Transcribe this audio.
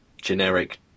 Generic